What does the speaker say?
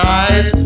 eyes